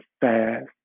fast